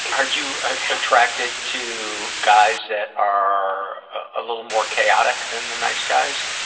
are you attracted to guys that are a little more chaotic than the nice guys?